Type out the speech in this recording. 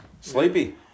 Sleepy